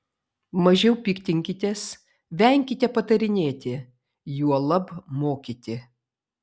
mažiau piktinkitės venkite patarinėti juolab mokyti